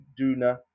Duna